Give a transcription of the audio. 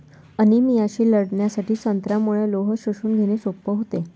अनिमियाशी लढण्यासाठी संत्र्यामुळे लोह शोषून घेणे सोपे होते